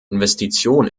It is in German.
investition